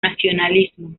nacionalismo